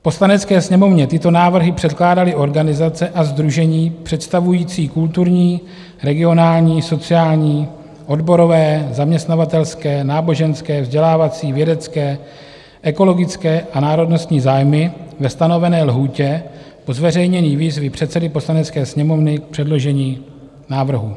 Poslanecké sněmovně tyto návrhy předkládaly organizace a sdružení představující kulturní, regionální, sociální, odborové, zaměstnavatelské, náboženské, vzdělávací, vědecké, ekologické a národnostní zájmy ve stanovené lhůtě po zveřejnění výzvy předsedy Poslanecké sněmovny k předložení návrhu.